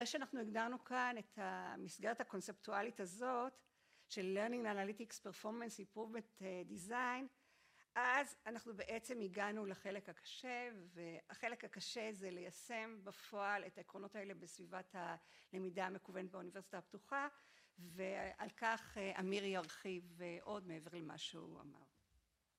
אחרי שאנחנו הגדרנו כאן את המסגרת הקונספטואלית הזאת של Learning Analytics Performance Improvement Design, אז אנחנו בעצם הגענו לחלק הקשה, והחלק הקשה זה ליישם בפועל את העקרונות האלה בסביבת הלמידה המקוונת באוניברסיטה הפתוחה, ועל כך אמיר ירחיב עוד מעבר למה שהוא אמר.